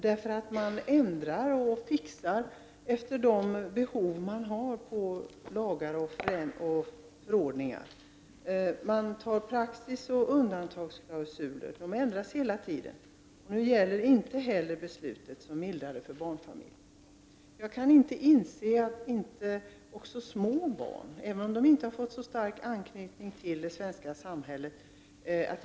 Det ändras och fixas nämligen med lagar och förordningar efter behov. Praxis och undantagsklausuler förändras hela tiden. Nu gäller inte heller beslutet som underlättar förhållandena för barnfamiljer. Jag kan inte inse varför inte småbarn, även om de inte har fått så stark anknytning till det svenska samhället, får stanna här.